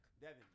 Devin